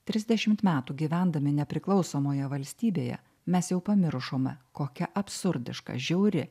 trisdešimt metų gyvendami nepriklausomoje valstybėje mes jau pamiršome kokia absurdiška žiauri